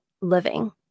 living